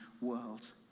world